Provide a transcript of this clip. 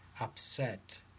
upset